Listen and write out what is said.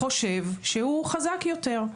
חושב שהוא חזק יותר.